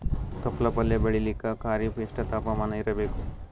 ತೊಪ್ಲ ಪಲ್ಯ ಬೆಳೆಯಲಿಕ ಖರೀಫ್ ಎಷ್ಟ ತಾಪಮಾನ ಇರಬೇಕು?